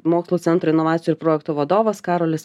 mokslų centro inovacijų ir projektų vadovas karolis